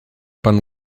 pan